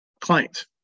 clients